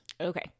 Okay